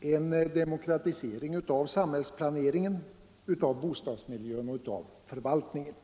en förbättring av samhällsplaneringen, bostadsmiljön och förvaltningen.